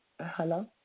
Hello